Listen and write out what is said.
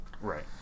Right